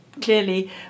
clearly